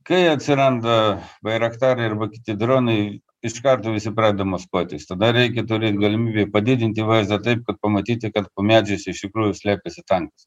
kai atsiranda bairaktare arba kiti dronai iš karto visi pradeda maskuotis tada reikia turėt galimybę padidinti vaizdą taip kad pamatyti kad po medžiais iš tikrųjų slepiasi tankas